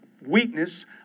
weakness